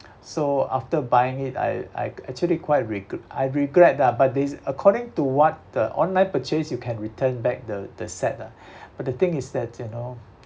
so after buying it I I actually quite regr~ I regret lah but these according to what uh online purchase you can return back the the set ah but the thing is that you know